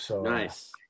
Nice